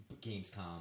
Gamescom